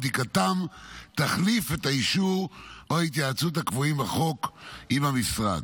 ובדיקתם תחליף את האישור או ההתייעצות הקבועים בחוק עם המשרד.